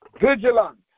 vigilant